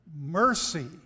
mercy